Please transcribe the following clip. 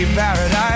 paradise